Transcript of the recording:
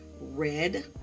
Red